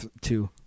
two